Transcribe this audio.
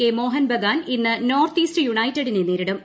K Mohun Bagan ഇന്ന് north east യുണൈറ്റഡിനെ നേരിടും